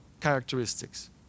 characteristics